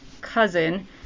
cousin